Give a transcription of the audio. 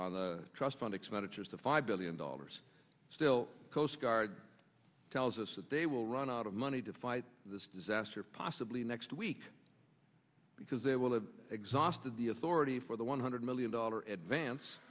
the trust fund expenditures to five billion dollars still coast guard tells us that they will run out of money to fight this disaster possibly next week because they will have exhausted the authority for the one hundred million dollar at vance